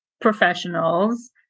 professionals